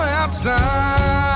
outside